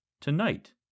Tonight